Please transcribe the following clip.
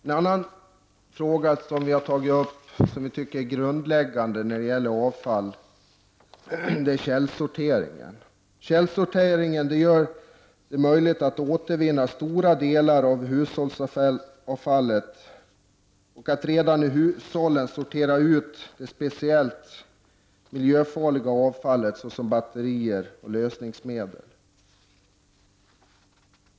En annan fråga som vi har tagit upp och som vi tycker är grundläggande när det gäller avfall är källsorteringen. Genom källsortering är det möjligt att återvinna en stor del av hushållsavfallet och att redan i hushållen sortera speciellt miljöfarligt avfall, såsom batterier och lösningsmedel.